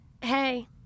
hey